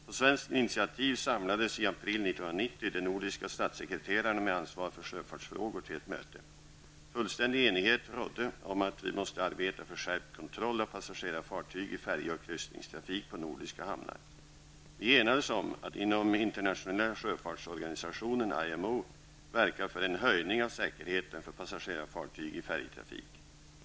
På svenskt initiativ samlades i april 1990 de nordiska statssekreterarna med ansvar för sjöfartsfrågor till ett möte. Fullständig enighet rådde om att vi måste arbeta för skärpt kontroll av passagerarfartyg i färje och kryssningstrafik på nordiska hamnar. Vi enades om att inom Internationella sjöfartsorganisationen, IMO, verka för en höjning av säkerheten för passagerarfartyg i färjetrafik.